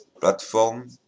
platform